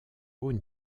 haut